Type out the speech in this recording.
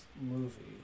movie